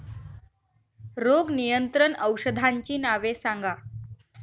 रोग नियंत्रण औषधांची नावे सांगा?